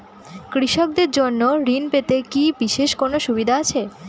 কৃষকদের জন্য ঋণ পেতে কি বিশেষ কোনো সুবিধা আছে?